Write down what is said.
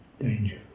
danger